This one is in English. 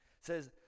says